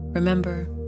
Remember